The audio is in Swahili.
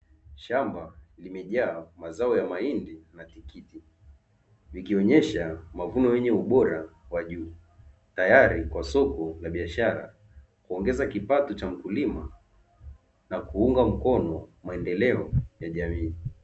Shamba limejaa mazao ya mahindi na tikiti, ikionyesha mavuno yenye ubora wa juu tayari kwa soko la biashara, kuongeza kipato cha mkulima na kuunga mkono maendeleo ya jamii.